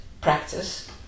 practice